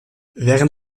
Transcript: während